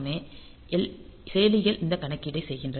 எனவே செயலிகள் இந்த கணக்கீட்டைச் செய்கின்றன